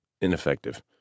ineffective